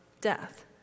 death